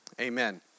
amen